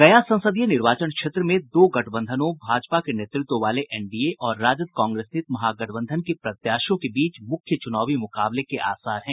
गया संसदीय निर्वाचन क्षेत्र में दो गठबंधनों भाजपा के नेतृत्व वाले एनडीए और राजद कांग्रेस नीत महा गठबंधन के प्रत्याशियों के बीच मूख्य चूनावी मूकाबले के आसार हैं